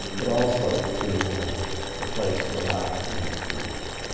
but also to the place where laughter meets tears.